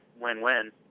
win-win